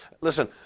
Listen